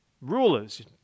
rulers